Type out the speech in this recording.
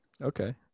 Okay